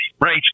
Right